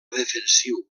defensiu